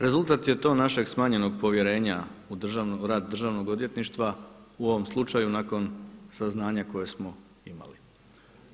Rezultat je to našeg smanjenog povjerenja u rad Državnog odvjetništva u ovom slučaju nakon saznanja koje smo imali.